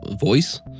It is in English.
voice